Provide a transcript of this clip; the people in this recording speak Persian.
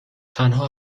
تنها